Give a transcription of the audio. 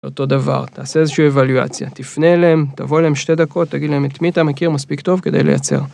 אותו דבר, תעשה איזושהי אבלואציה, תפנה אליהם, תבוא אליהם שתי דקות, תגיד להם את מי אתה מכיר מספיק טוב כדי לייצר.